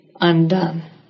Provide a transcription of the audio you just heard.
undone